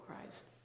Christ